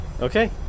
Okay